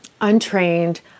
untrained